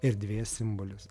erdvės simbolis